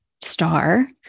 star